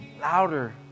louder